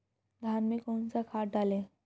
धान में कौन सा खाद डालें?